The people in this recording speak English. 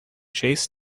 chased